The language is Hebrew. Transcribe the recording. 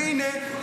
והינה,